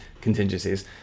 contingencies